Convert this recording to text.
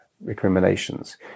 recriminations